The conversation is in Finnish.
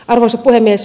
arvoisa puhemies